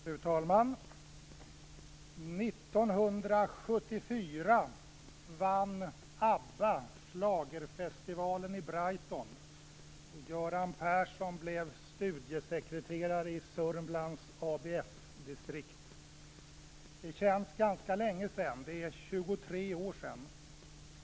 Fru talman! 1974 vann ABBA schlagerfestivalen i Södermanlands ABF-distrikt. Det känns som ganska länge sedan - det är 23 år sedan.